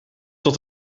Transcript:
tot